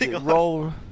roll